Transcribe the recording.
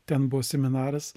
ten buvo seminaras